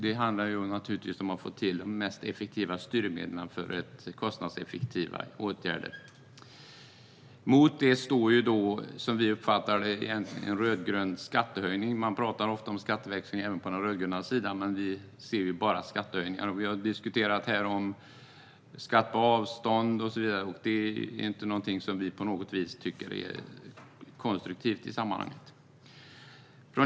Det handlar om att få till de mest effektiva styrmedlen för kostnadseffektiva åtgärder. Mot detta står, som vi uppfattar det, en rödgrön skattehöjning. Man pratar ofta om skatteväxling även på den rödgröna sidan, men vi ser bara skattehöjningar. Skatt på avstånd och så vidare har diskuterats, men det är inte något som vi tycker är konstruktivt i sammanhanget.